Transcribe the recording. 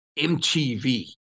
MTV